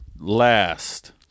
last